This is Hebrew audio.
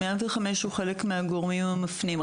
105 הוא חלק מהגורמים המפנים,